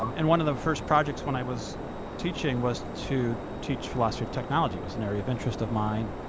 um and one of the first projects when i was teaching was to teach philosophy of technology. it was an area of interest of mine,